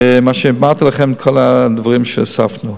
ומה שאמרתי לכם על כל הדברים שהוספנו.